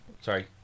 Sorry